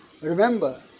Remember